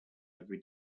every